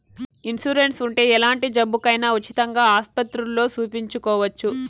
insurance ఉంటే ఎలాంటి జబ్బుకైనా ఉచితంగా ఆస్పత్రుల్లో సూపించుకోవచ్చు